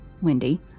Wendy